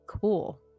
Cool